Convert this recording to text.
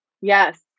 Yes